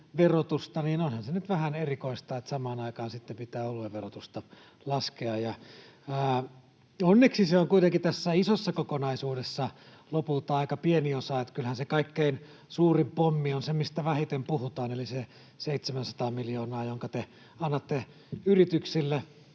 — onhan se nyt vähän erikoista — samaan aikaan sitten pitää oluen verotusta laskea. Onneksi se on kuitenkin tässä isossa kokonaisuudessa lopulta aika pieni osa. Kyllähän se kaikkein suurin pommi on se, mistä vähiten puhutaan, eli se 700 miljoonaa, jonka te annatte yrityksille